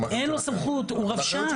אין לו סמכות, הוא רבש"ץ.